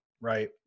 right